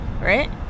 right